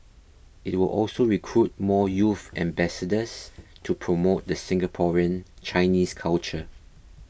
it will also recruit more youth ambassadors to promote the Singaporean Chinese culture